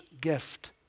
gift